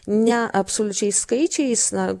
ne absoliučiais skaičiais na